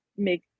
make